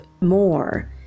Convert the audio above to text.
more